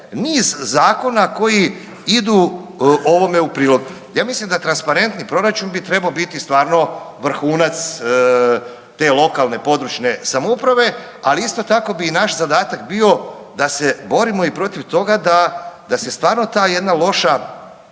niz zakona koji idu ovome u prilog. Ja mislim da transparentni proračun bi trebao biti stvarno vrhunac te lokalne područne samouprave, ali isto tako bi i naš zadatak bio da se borimo i protiv toga da, da se stvarno ta jedna loša,